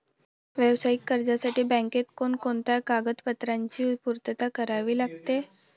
व्यावसायिक कर्जासाठी बँकेत कोणकोणत्या कागदपत्रांची पूर्तता करावी लागते?